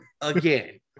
again